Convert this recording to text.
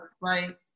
right